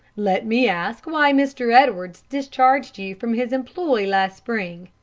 let me ask why mr. edwards discharged you from his employ last spring?